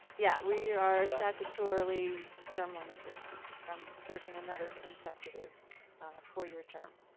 yeah, we are statutorily term limited from serving another consecutive four year term.